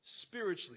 spiritually